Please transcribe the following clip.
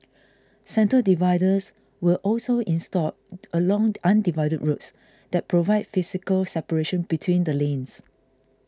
centre dividers were also installed along undivided roads that provide physical separation between the lanes